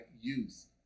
use